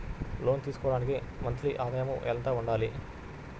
లోను తీసుకోవడానికి మంత్లీ ఆదాయము ఎంత ఉండాలి?